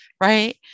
right